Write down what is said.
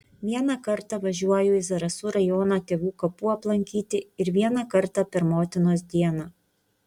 vieną kartą važiuoju į zarasų rajoną tėvų kapų aplankyti ir vieną kartą per motinos dieną